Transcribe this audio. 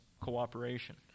cooperation